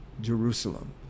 Jerusalem